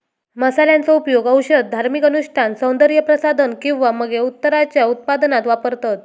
मसाल्यांचो उपयोग औषध, धार्मिक अनुष्ठान, सौन्दर्य प्रसाधन किंवा मगे उत्तराच्या उत्पादनात वापरतत